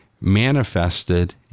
manifested